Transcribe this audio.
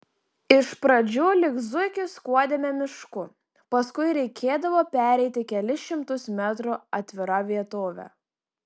iš pradžių lyg zuikiai skuodėme mišku paskui reikėdavo pereiti kelis šimtus metrų atvira vietove